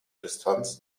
distanz